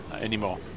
Anymore